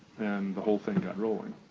the whole thing got rolling.